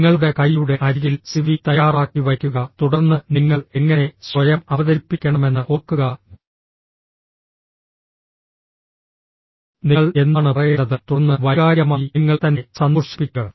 നിങ്ങളുടെ കൈയുടെ അരികിൽ സിവി തയ്യാറാക്കി വയ്ക്കുക തുടർന്ന് നിങ്ങൾ എങ്ങനെ സ്വയം അവതരിപ്പിക്കണമെന്ന് ഓർക്കുക നിങ്ങൾ എന്താണ് പറയേണ്ടത് തുടർന്ന് വൈകാരികമായി നിങ്ങളെത്തന്നെ സന്തോഷിപ്പിക്കുക